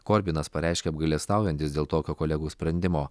korbinas pareiškė apgailestaujantis dėl tokio kolegų sprendimo